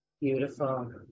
beautiful